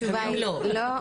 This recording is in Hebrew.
התשובה היא לא.